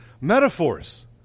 metaphors